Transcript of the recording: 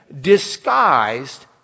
disguised